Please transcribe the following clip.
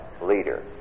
Leader